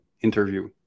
interview